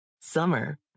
Summer